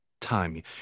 time